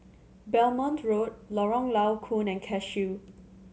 Belmont Road Lorong Low Koon and Cashew